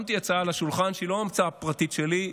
שמתי הצעה על השולחן, שהיא לא המצאה פרטית שלי,